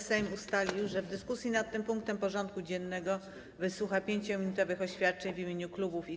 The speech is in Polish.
Sejm ustalił, że w dyskusji nad tym punktem porządku dziennego wysłucha 5-minutowych oświadczeń w imieniu klubów i koła.